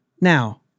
Now